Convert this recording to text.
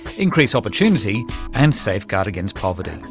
increase opportunity and safeguard against poverty.